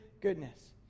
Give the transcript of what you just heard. goodness